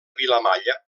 vilamalla